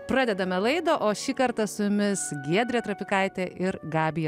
pradedame laidą o šį kartą su jumis giedrė trapikaitė ir gabija